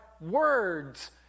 words